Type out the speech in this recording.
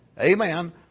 Amen